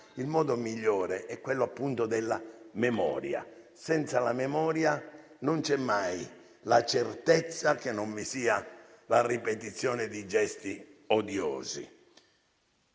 il modo migliore è quello, appunto, della memoria: senza la memoria non c'è mai la certezza che non vi sia la ripetizione di gesti odiosi.